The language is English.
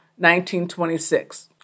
1926